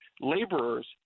laborers